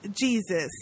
Jesus